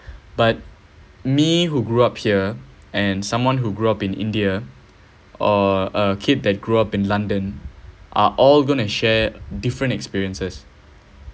but me who grew up here and someone who grew up in india or a kid that grew up in london are all gonna share different experiences